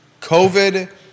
COVID